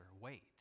wait